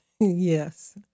Yes